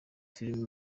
filime